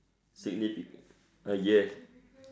signifi~ uh yes